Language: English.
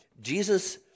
Jesus